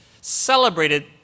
celebrated